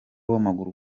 w’amaguru